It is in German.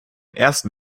ersten